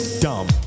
dumb